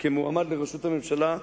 כמועמד לראשות הממשלה,